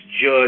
judge